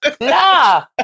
Nah